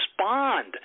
respond